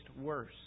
worse